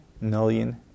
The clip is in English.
million